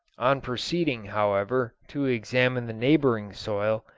on proceeding, however, to examine the neighbouring soil,